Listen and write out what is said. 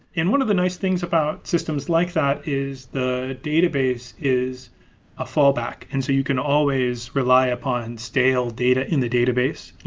one of the nice things about systems like that is the database is a fallback, and so you can always rely upon stale data in the database,